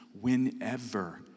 whenever